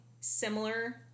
similar